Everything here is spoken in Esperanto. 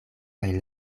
kaj